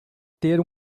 ter